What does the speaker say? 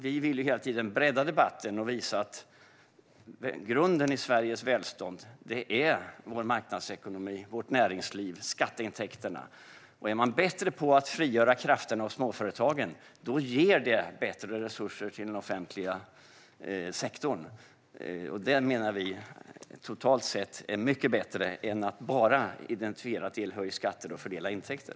Vi vill hela tiden bredda debatten och visa att grunden i Sveriges välstånd är vår marknadsekonomi, vårt näringsliv och skatteintäkterna. Är man bättre på att frigöra krafterna hos småföretagen ger det bättre resurser till den offentliga sektorn. Det menar vi totalt sett är mycket bättre än att bara höja skatter och fördela intäkter.